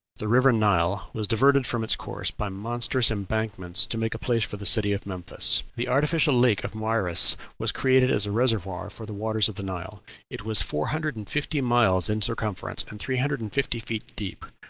the river nile was diverted from its course by monstrous embankments to make a place for the city of memphis. the artificial lake of moeris was created as a reservoir for the waters of the nile it was four hundred and fifty miles in circumference and three hundred and fifty feet deep,